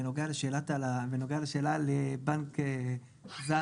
בנוגע לשאלה על בנק זר,